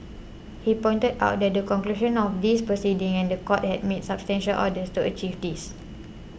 he pointed out that the conclusion of these proceedings and the court had made substantial orders to achieve this